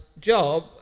job